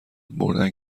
بردن